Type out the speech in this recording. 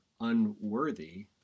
unworthy